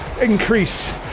increase